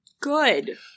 Good